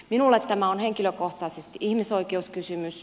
minulle tämä on henkilökohtaisesti ihmisoikeuskysymys